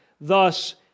Thus